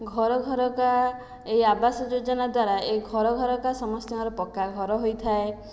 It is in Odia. ଘର ଘରକା ଏହି ଆବାସ ଯୋଜନା ଦ୍ୱାରା ଏହି ଘର ଘରକା ସମସ୍ତଙ୍କିର ପକ୍କା ଘର ହୋଇଥାଏ